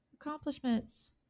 accomplishments